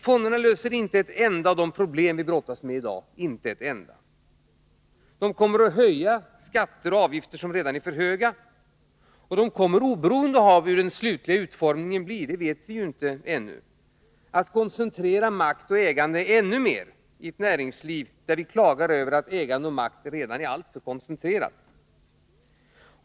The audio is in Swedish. Fonderna löser inte ett enda av de problem som Sverige i dag brottas med — inte ett enda! Löntagarfonderna kommer att höja skatter och avgifter som redan är alltför höga. De kommer — oberoende av hur den slutgiltiga detaljutformningen blir — att koncentrera makten och ägandet ännu mer i ett näringsliv där vi klagar över att ägandet och makten redan är alltför koncentrerade.